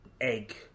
egg